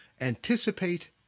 anticipate